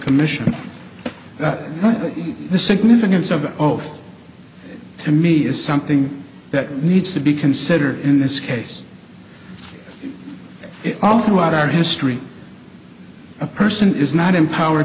commission that the significance of the oath to me is something that needs to be considered in this case all throughout our history a person is not empower